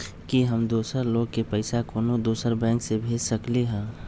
कि हम दोसर लोग के पइसा कोनो दोसर बैंक से भेज सकली ह?